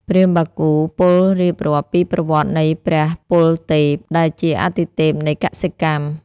ព្រាហ្មណ៍បាគូពោលរៀបរាប់ពីប្រវត្តិនៃព្រះពលទេព ដែលជាអាទិទេពនៃកសិកម្ម។